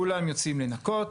כולם יוצאים לנקות,